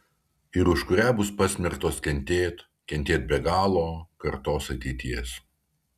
ir už kurią bus pasmerktos kentėt kentėt be galo kartos ateities